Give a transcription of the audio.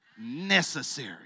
necessary